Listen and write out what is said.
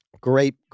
great